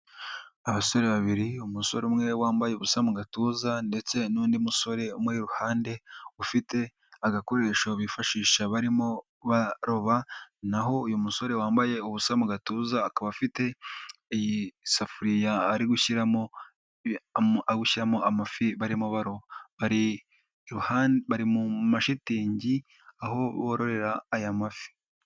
Abasore babiri umusore umwe wambaye ubusa mu gatuza ndetse n'undi musore mu i ruhande, ufite agakoresho bifashisha barimo baroba, naho uyu musore wambaye ubusa mu gatuza akaba afite isafuriya ari gushyira ari gushyiramo amafi barimo baroba mu mashitingi aho bororera aya mafi.